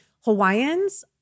Hawaiians